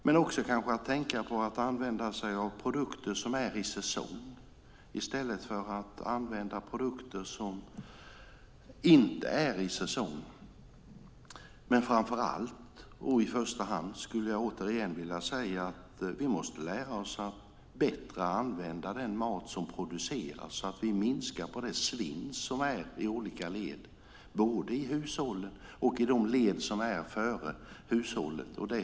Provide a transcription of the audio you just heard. Man ska tänka på att använda sig av produkter som är i säsong, i stället för att använda produkter som inte är i säsong. Återigen vill jag säga att vi i första hand ska lära oss att bättre använda den mat som produceras så att vi minskar på svinnet i olika led, både i hushållen och i de led som förekommer före hushållet.